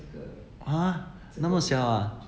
!huh! 那么小 ah